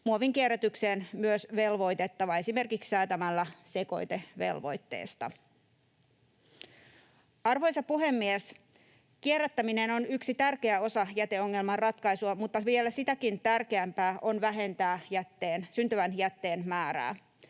muovinkierrätykseen myös velvoitettava esimerkiksi säätämällä sekoitevelvoitteesta. Arvoisa puhemies! Kierrättäminen on yksi tärkeä osa jäteongelman ratkaisua, mutta vielä sitäkin tärkeämpää on vähentää syntyvän jätteen määrää.